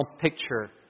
picture